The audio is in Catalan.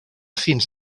fins